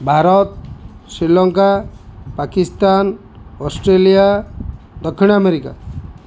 Bharat Sri Lanka Pakistan Australia ଦକ୍ଷିଣ America